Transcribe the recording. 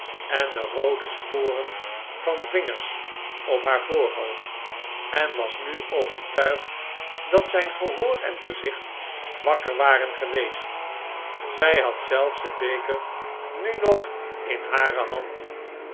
en de roode sporen van vingers op haar voorhoofd en was nu overtuigd dat zyn gehoor en gezicht wakker waren geweest zij had zelfs den beker nu nog in hare hand